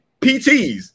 PTs